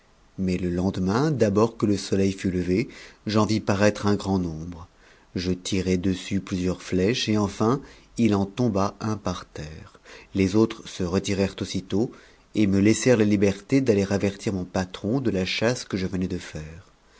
mais le tendemain ribord que le soleil fut levé j'en vis paraître un grand nombre je tirai g plusieurs lèches et enfin il en tomba un par terre les autres se gèrent aussitôt et me laissèrent la liberté d'aller avertir mon patron de chasse que je venais de faire